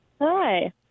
Hi